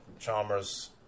Chalmers